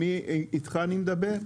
עם מי אני מדבר?